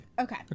Okay